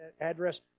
address